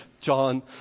John